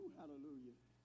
hallelujah